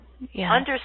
understand